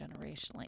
generationally